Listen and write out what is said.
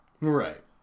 Right